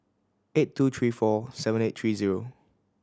eight two three four seven eight three zero